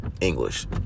English